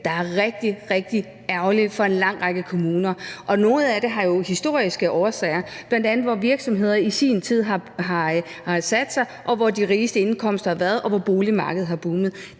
rigtig, rigtig ærgerlig for en lang række kommuner. Noget af det har jo historiske årsager, bl.a. hvor virksomheder i sin tid har nedsat sig, og hvor de rigeste indkomster har været, og hvor boligmarkedet har boomet.